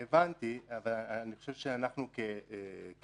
הבנתי, אבל אני חושב שאנחנו כמדינה,